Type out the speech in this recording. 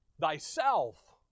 Thyself